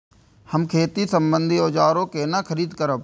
हम खेती सम्बन्धी औजार केना खरीद करब?